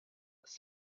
saint